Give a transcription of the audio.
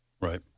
Right